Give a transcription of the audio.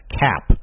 cap